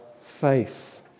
faith